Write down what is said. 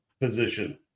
position